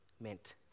meant